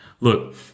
Look